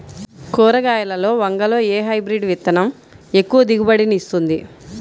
కూరగాయలలో వంగలో ఏ హైబ్రిడ్ విత్తనం ఎక్కువ దిగుబడిని ఇస్తుంది?